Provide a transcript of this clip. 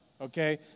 okay